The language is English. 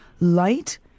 Light